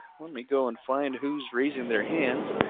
let me go and find who's raising their hands.